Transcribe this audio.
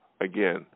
Again